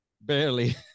Barely